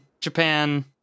japan